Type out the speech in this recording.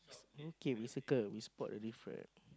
okay we circle we spot already friend